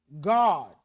God